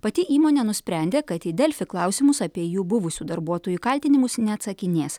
pati įmonė nusprendė kad į delfi klausimus apie jų buvusių darbuotojų kaltinimus neatsakinės